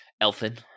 Elfin